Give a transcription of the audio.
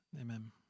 amen